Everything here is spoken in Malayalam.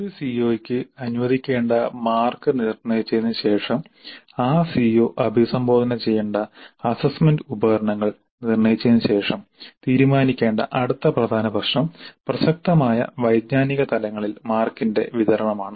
ഒരു സിഒക്ക് അനുവദിക്കേണ്ട മാർക്ക് നിർണ്ണയിച്ചതിനുശേഷം ആ സിഒ അഭിസംബോധന ചെയ്യേണ്ട അസ്സസ്സ്മെന്റ് ഉപകരണങ്ങൾ നിർണ്ണയിച്ചതിനുശേഷം തീരുമാനിക്കേണ്ട അടുത്ത പ്രധാന പ്രശ്നം പ്രസക്തമായ വൈജ്ഞാനികതലങ്ങളിൽ മാർക്കിന്റെ വിതരണമാണ്